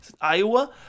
Iowa